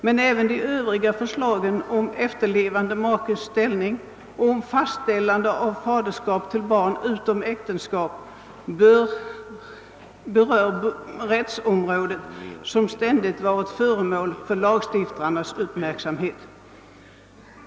Men även de övriga förslagen — förslagen om efterlevande makes ställning och om fastställande av faderskap till barn utom äktenskap — berör rättsområden som ständigt varit föremål för lagstiftarnas uppmärksamhet.